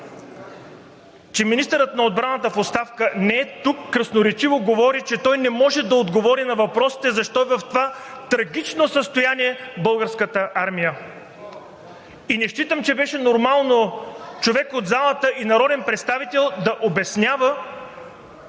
че министърът на отбраната в оставка не е тук, красноречиво говори, че той не може да отговори на въпросите защо е в това трагично състояние Българската армия. Не считам, че беше нормално човек от залата, народен представител, да обяснява